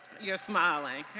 you're smiling.